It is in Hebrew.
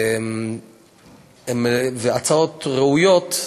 אלה הצעות ראויות,